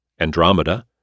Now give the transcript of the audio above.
Andromeda